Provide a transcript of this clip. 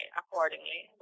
accordingly